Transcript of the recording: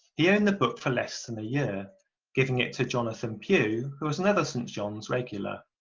he owned the book for less than a year giving it to jonathan pue who was another st. john's regular.